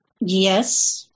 yes